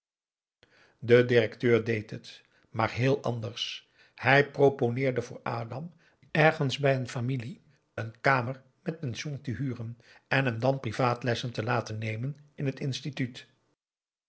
de directeur deed het maar heel anders hij proponeerde voor adam ergens bij een familie een kamer met pension te huren en hem dan privaatlessen te laten nemen in het instituut